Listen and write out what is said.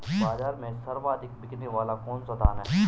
बाज़ार में सर्वाधिक बिकने वाला कौनसा धान है?